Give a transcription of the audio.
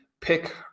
pick